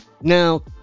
Now